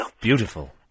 Beautiful